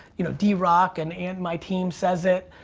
you know, d rock and and my team says it,